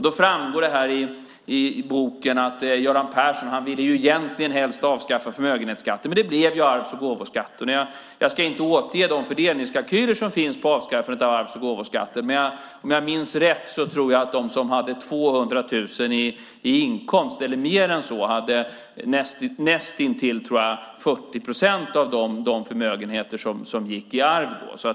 Det framgår i boken att Göran Persson egentligen helst ville avskaffa förmögenhetsskatten, men det blev arvs och gåvoskatten. Jag ska inte återge de fördelningskalkyler som finns för avskaffandet av arvs och gåvoskatten, men om jag minns rätt hade de med 200 000 eller mer i inkomst näst intill 40 procent av de förmögenheter som gick i arv.